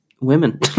women